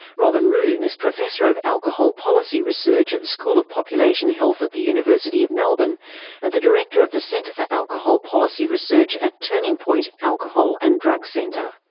robin room is professor of alcohol policy research at the school of population health at the university of melbourne and the director of the centre for alcohol policy research at turning point alcohol and drug centre.